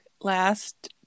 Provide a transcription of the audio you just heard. last